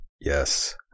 Yes